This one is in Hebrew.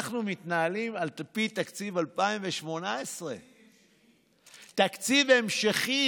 אנחנו מתנהלים על פי תקציב 2018. תקציב המשכי.